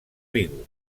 vigo